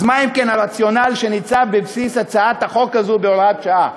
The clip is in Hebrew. אז מה אם כן הרציונל שניצב בבסיס הצעת החוק הזו בהוראת שעה?